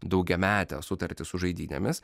daugiametę sutartį su žaidynėmis